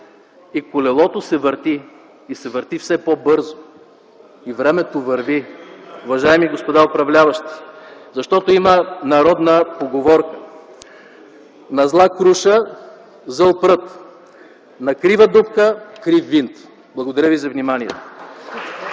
- колелото се върти, то се върти все по-бързо и времето върви, уважаеми господа управляващи! Има една народна поговорка: „На зла круша – зъл прът, на крива дупка – крив винт”. Благодаря Ви за вниманието.